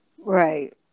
Right